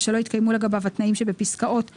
ושלא התקיימו לגביו התנאים שבפסקאות 87ה(א)(2),